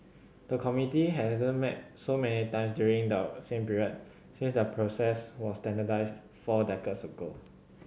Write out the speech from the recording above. the committee hasn't met so many times during the same period since the process was standardised four decades ago